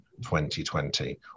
2020